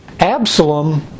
Absalom